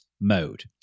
mode